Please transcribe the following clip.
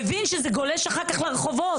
מבין שזה גולש אחר כך לרחובות.